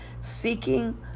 seeking